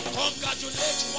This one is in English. congratulate